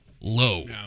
low